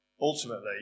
ultimately